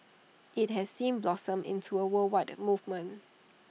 IT has since blossomed into A worldwide movement